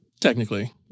technically